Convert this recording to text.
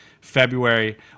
February